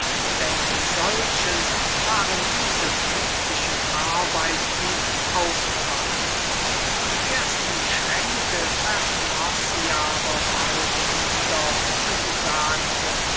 denn in solchen waren diese künstlichen arbeiten aufbewahrt die ersten schränke verschloß sie aber bald wieder und sagte